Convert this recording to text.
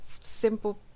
simple